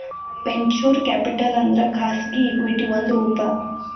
venture capital ಅಂದ್ರ ಖಾಸಗಿ equity ಒಂದ್ ರೂಪ